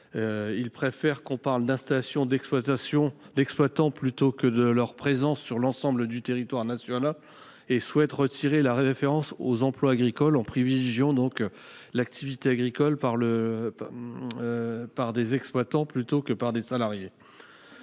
Il préfère parler de l’installation des exploitants plutôt que de leur présence sur l’ensemble du territoire national, et souhaite retirer la référence aux emplois agricoles, en privilégiant l’activité agricole exercée par des exploitants plutôt que par des salariés.